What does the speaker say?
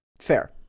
Fair